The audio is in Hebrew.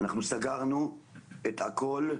אנחנו סגרנו הכול,